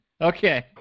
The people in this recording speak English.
Okay